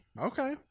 Okay